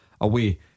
away